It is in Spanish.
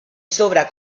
sobra